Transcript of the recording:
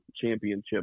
championship